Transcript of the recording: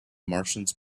martians